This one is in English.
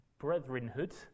brethrenhood